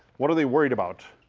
what are they worried about?